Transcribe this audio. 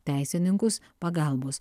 teisininkus pagalbos